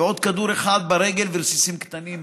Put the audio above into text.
ועוד כדור אחד ברגל ורסיסים קטנים.